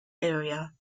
area